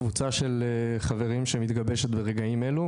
קבוצה של חברים שמתגבשת ברגעים אלו,